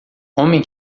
homem